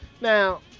Now